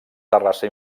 terrassa